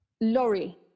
lorry